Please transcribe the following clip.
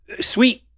Sweet